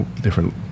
different